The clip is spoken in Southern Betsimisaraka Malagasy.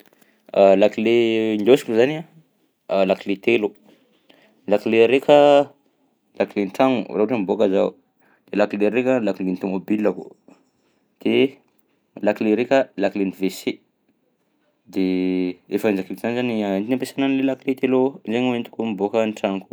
Lakile indôsiko zany a lakile telo, lakile araika laiken'ny tragno raha ohatra hoe miboaka zaho de lakile araika lakilen'ny tômôbilako, de lakile araika lakilen'ny WC de efa zakaiko tsara zany antony ampiasaina an'le lakile telo zainy hoentiko miboaka ny tragnoko.